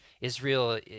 Israel